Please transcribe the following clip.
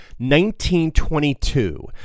1922